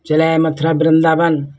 चले आए मथुरा वृन्दावन